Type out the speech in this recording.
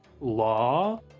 law